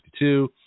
52